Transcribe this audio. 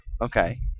okay